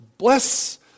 Bless